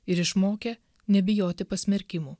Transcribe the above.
ir išmokė nebijoti pasmerkimų